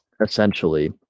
essentially